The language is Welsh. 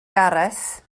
gareth